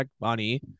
money